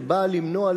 שבא למנוע,